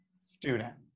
student